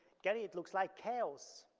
gerry, it looks like chaos.